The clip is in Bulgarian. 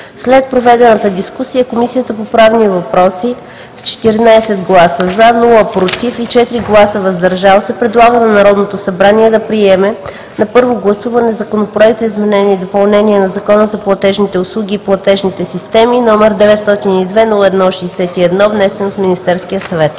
След проведената дискусия Комисията по правни въпроси с 14 гласа „за“, без „против“ и 4 гласа „въздържал се“ предлага на Народното събрание да приеме на първо гласуване Законопроект за изменение и допълнение на Закона за платежните услуги и платежните системи, № 902-01-61, внесен от Министерския съвет.“